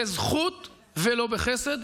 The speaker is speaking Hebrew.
בזכות ולא בחסד.